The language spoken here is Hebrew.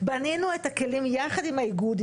בנינו את הכלים יחד עם האיגוד,